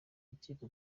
urukiko